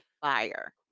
fire